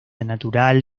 natural